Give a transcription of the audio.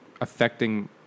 affecting